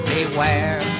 Beware